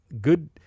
good